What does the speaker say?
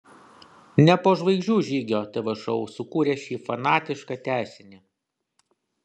ne po žvaigždžių žygio tv šou sukūrė šį fanatišką tęsinį